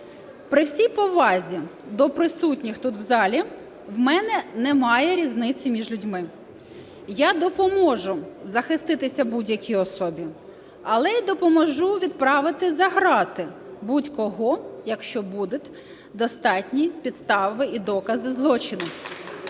При всі повазі до присутніх тут в залі, у мене немає різниці між людьми. Я допоможу захиститися будь-якій особі, але і допоможу відправити за грати будь-кого, якщо будуть достатні підстави і докази злочину.